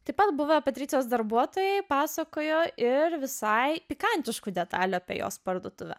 taip pat buvę patricijos darbuotojai pasakojo ir visai pikantiškų detalių apie jos parduotuvę